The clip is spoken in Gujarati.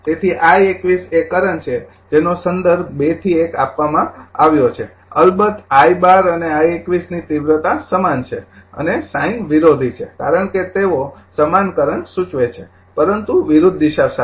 તેથી I૨૧ એ કરંટ છે જેનો સંદર્ભ ૨ થી ૧ આપવામાં આવ્યો છે અલબત્ત I૧૨ અને I૨૧ ની તીવ્રતા સમાન છે અને સાઇન વિરોધી છે કારણ કે તેઓ સમાન કરંટ સૂચવે છે પરંતુ વિરુદ્ધ દિશા સાથે